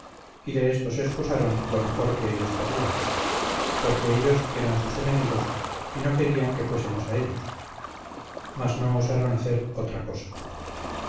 y de esto se excusaron lo mejor que ellos podían porque ellos eran sus enemigos y no querían que fuésemos a ellos mas no osaron hacer otra cosa